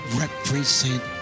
represent